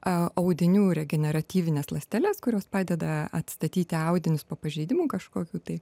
audinių regeneratyvinės ląsteles kurios padeda atstatyti audinius po pažeidimų kažkokių tai